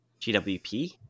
GWP